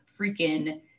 freaking